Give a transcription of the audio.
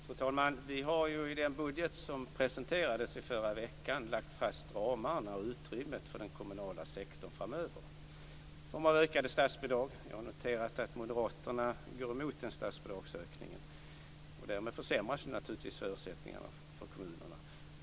Fru talman! Vi har i den budget som presenterades i förra veckan lagt fast ramarna och utrymmet för den kommunala sektorn framöver. Den får ökade statsbidrag. Jag noterar att moderaterna går emot statsbidragsökningen, och därmed försämras naturligtvis förutsättningarna för kommunerna.